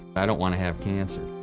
i don't want to have cancer.